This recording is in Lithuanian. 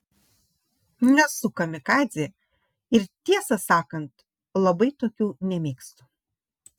nesu kamikadzė ir tiesą sakant labai tokių nemėgstu